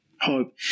hope